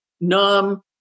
numb